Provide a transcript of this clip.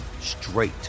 straight